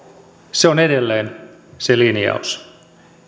on edelleen se linjaus